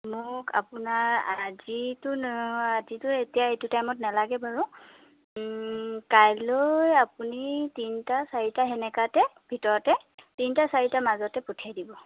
মোক আপোনাৰ আজিতো আজিতো এতিয়া এইটো টাইমত নালাগে বাৰু কাইলৈ আপুনি তিনিটা চাৰিটা সেনেকুৱাতে ভিতৰতে তিনিটা চাৰিটাৰ মাজতে পঠিয়াই দিব